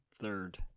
third